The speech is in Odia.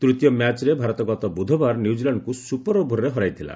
ତୂତୀୟ ମ୍ୟାଚ୍ରେ ଭାରତ ଗତ ବୁଧବାର ନ୍ୟୁଜିଲାଣ୍ଡକୁ ସୁପର ଓଭର୍ରେ ହରାଇଥିଲା